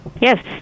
Yes